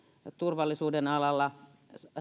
ja turvallisuuden alalla